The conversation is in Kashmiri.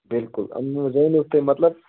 بِلکُل اَمہِ منٛز زٲنۍہوکھ تُہۍ مطلب